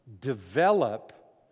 develop